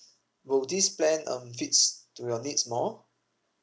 will this plan um fits to your needs more